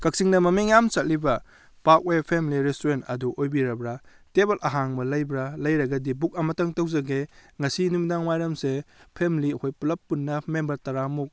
ꯀꯛꯆꯤꯡꯗ ꯃꯃꯤꯡ ꯌꯥꯝꯅ ꯆꯠꯂꯤꯕ ꯄꯥꯛꯋꯦ ꯐꯦꯝꯂꯤ ꯔꯦꯁꯇꯨꯔꯦꯟ ꯑꯗꯨ ꯑꯣꯏꯕꯤꯔꯕ꯭ꯔ ꯇꯦꯕꯜ ꯑꯍꯥꯡꯕ ꯂꯩꯕ꯭ꯔ ꯂꯩꯔꯒꯗꯤ ꯕꯨꯛ ꯑꯃꯇꯪ ꯇꯧꯖꯒꯦ ꯉꯁꯤ ꯅꯨꯃꯤꯗꯥꯡ ꯋꯥꯏꯔꯝꯁꯦ ꯐꯦꯃꯤꯂꯤ ꯑꯩꯈꯣꯏ ꯄꯨꯂꯞ ꯄꯨꯟꯅ ꯃꯦꯝꯕꯔ ꯇꯥꯔꯥꯃꯨꯛ